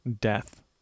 death